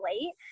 late